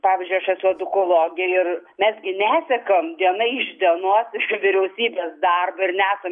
pavyzdžiui aš esu edukologė ir mes gi nesekam diena iš dienos vyriausybės darbo ir nesam